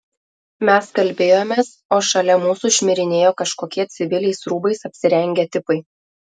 mes kalbėjomės o šalia mūsų šmirinėjo kažkokie civiliais rūbais apsirengę tipai